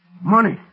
money